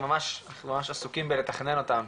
אנחנו ממש עסוקים בלתכנן אותם,